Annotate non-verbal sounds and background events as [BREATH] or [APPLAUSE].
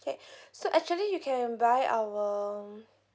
okay [BREATH] so actually you can buy our